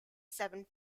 seven